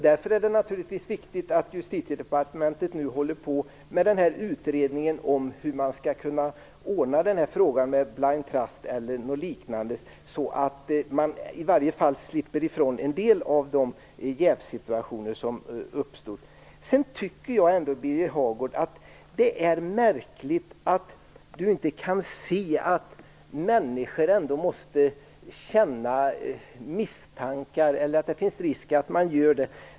Därför är det naturligtvis viktigt att Justitiedepartementet nu håller på med en utredning om hur man skall kunna ordna denna fråga med hjälp av blind trust eller något liknande så att man i varje fall slipper ifrån en del av de jävssituationer som tidigare uppstod. Det är märkligt att Birger Hagård inte kan se att människor ändå måste känna misstankar, eller att det finns risk att de gör det.